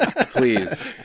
Please